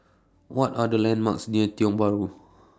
What Are The landmarks near Tiong Bahru